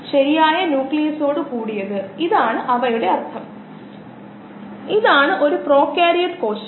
ഇതൊരു ആമുഖ കോഴ്സ് ആയതിനാൽ വിശദാംശങ്ങളിലേക്ക് കടക്കരുത് പക്ഷേ നമ്മൾ അവരുമായി സമ്പർക്കം പുലർത്തേണ്ടതുണ്ട് അതിനാൽ ഭാവിയിൽ അവ കാണുമ്പോൾ അവ തിരിച്ചറിയാൻ നമുക്ക് കഴിയും